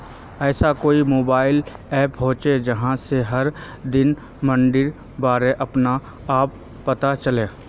ऐसा कोई mobile app होचे जहा से हर दिन मंडीर बारे अपने आप पता चले?